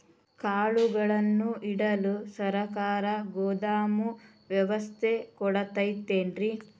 ಕಾಳುಗಳನ್ನುಇಡಲು ಸರಕಾರ ಗೋದಾಮು ವ್ಯವಸ್ಥೆ ಕೊಡತೈತೇನ್ರಿ?